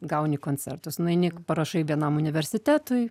gauni koncertus nueini parašai vienam universitetui